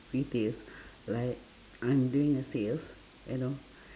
retails like I'm doing the sales you know